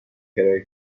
کرایه